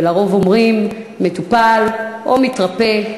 ולרוב אומרים מטופל או מתרפא.